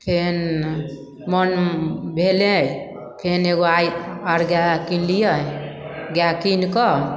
फेन मोन भेलै फेन एगो आइ आओर गाय किनलियै गाय कीनकऽ